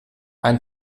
ein